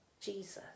Jesus